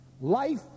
life